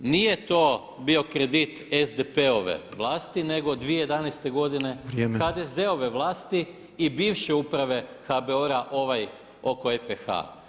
Nije to bio kredit SDP-ove vlasti nego 2011. godine HDZ-ove vlasti i bivše uprave HBOR-a ovaj oko EPH.